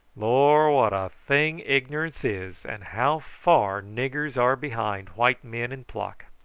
lor', what a thing ignorance is, and how far niggers are behind white men in pluck!